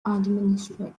administrator